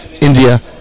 India